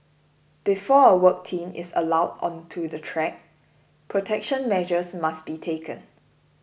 before a work team is allowed onto the track protection measures must be taken